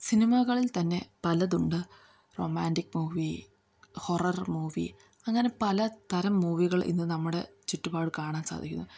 സിനിമകളിൽ തന്നെ പലതുണ്ട് റൊമാൻറ്റിക് മൂവി ഹൊറർ മൂവി അങ്ങനെ പല തരം മൂവികൾ ഇന്ന് നമ്മുടെ ചുറ്റുപാടും കാണാൻ സാധിക്കുന്നു